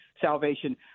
salvation